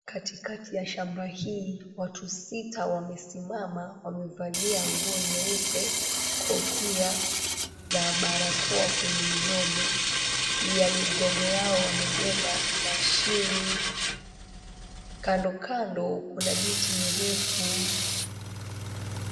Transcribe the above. Katikati ya shamba hii, watu sita wamesimama. Wamevalia nguo nyeupe, kofia na barakoa kwenye midomo. Juu ya migongo yao wamebeba mashini. Kando kando kuna miti mirefu.